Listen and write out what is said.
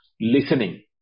listening